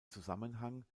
zusammenhang